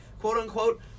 quote-unquote